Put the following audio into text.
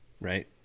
Right